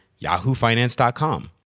yahoofinance.com